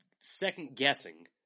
second-guessing